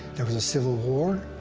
there was a civil war.